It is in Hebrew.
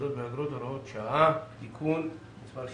תעודות ואגרות) (הוראת שעה) (תיקון מס'),